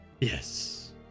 Yes